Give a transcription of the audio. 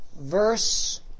verse